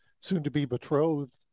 soon-to-be-betrothed